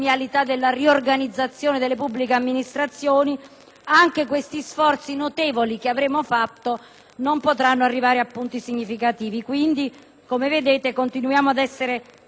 anche questi sforzi notevoli che avremo compiuto non potranno arrivare a risultati significativi. Quindi, come vedete, continuiamo ad essere molto impegnati su questo tema ed a sfidare il Governo